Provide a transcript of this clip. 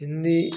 Hindi